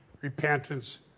repentance